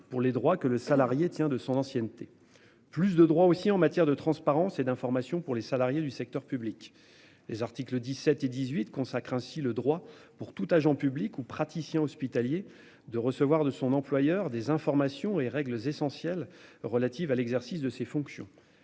pour les droits que le salarié tient de son ancienneté, plus de droits aussi en matière de transparence et d'information pour les salariés du secteur public. Les articles 17 et 18 consacre ainsi le droit pour tout agent public ou praticien hospitalier de recevoir de son employeur des informations et règles essentielles relatives à l'exercice de ses fonctions.